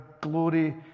glory